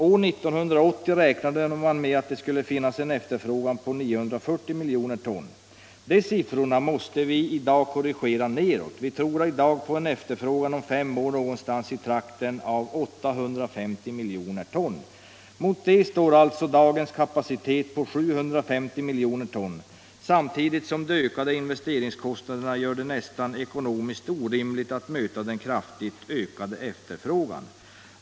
År 1980 räknade man med att det skulle finnas en efterfrågan på 940 miljoner ton. De siffrorna måste vi i dag korrigera nedåt — vi tror i dag på en efterfrågan om fem år någonstans i trakten av 850 milj. ton. Mot det står alltså dagens kapacitet på 750 milj. ton samtidigt som de ökade investeringskostnaderna gör det nästan ekonomiskt orimligt att möta den kraftigt ökade efterfrågan.